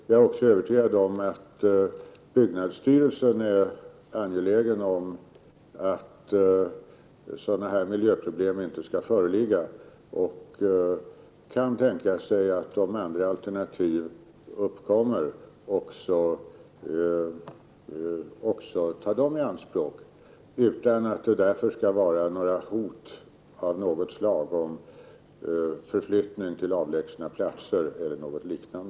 Jag är övertygad om att byggnadsstyrelsen är angelägen om att sådana här miljöproblem inte skall föreligga och kan tänka sig olika alternativ, utan att det därför skall vara hot av något slag om förflyttning till avlägsna platser o. d.